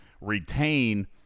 retain